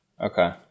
Okay